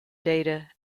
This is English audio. data